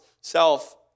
self